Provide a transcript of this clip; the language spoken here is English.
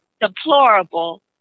deplorable